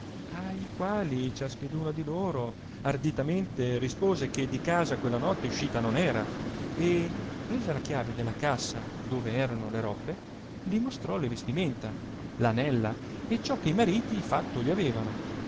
i quali ciascheduna di loro arditamente rispose che di casa quella notte uscita non era e presa la chiave della cassa dove erano le robbe li mostrò le vestimenta l anella e ciò che i mariti fatto gli avevano